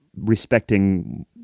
respecting